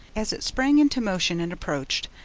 as it sprang into motion and approached,